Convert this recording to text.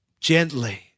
gently